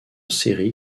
série